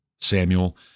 Samuel